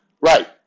right